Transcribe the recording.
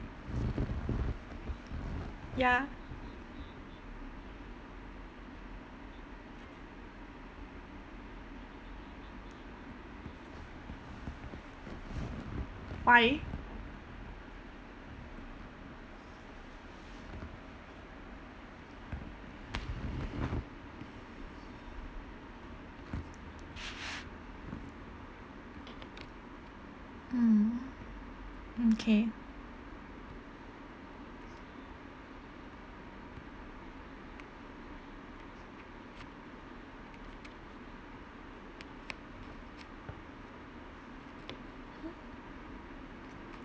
ya why mm okay